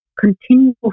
continual